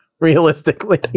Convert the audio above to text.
realistically